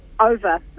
over